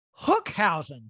Hookhausen